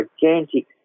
gigantic